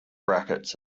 brackets